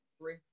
Three